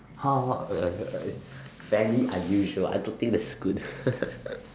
how uh very unusual I don't think that's good